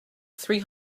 three